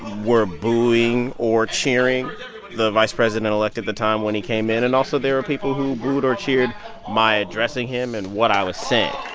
were booing or cheering the vice president-elect at the time when he came in. and also there were people who booed or cheered my addressing him and what i was saying